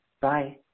Bye